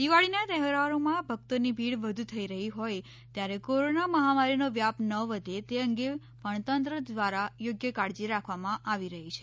દિવાળીના તહેવારોમાં ભક્તોની ભીડ વધુ થઈ રહી હોઈ ત્યારે કોરોના મહામારીનો વ્યાપ ન વધે તે અંગે પણ તંત્ર દ્વારા યોગ્ય કાળજી રાખવામાં આવી રહી છે